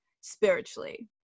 spiritually